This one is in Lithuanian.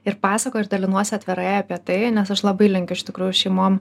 ir pasakoju ir dalinuosi atvirai apie tai nes aš labai linkiu iš tikrųjų šeimom